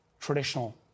traditional